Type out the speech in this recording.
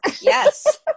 Yes